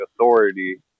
authority